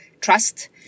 trust